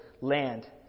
land